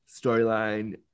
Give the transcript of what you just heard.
storyline